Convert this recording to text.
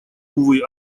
увы